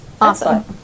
Awesome